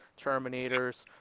Terminators